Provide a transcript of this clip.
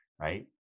Right